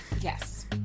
Yes